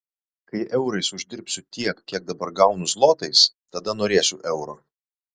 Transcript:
kai eurais uždirbsiu tiek kiek dabar gaunu zlotais tada norėsiu euro